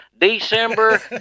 December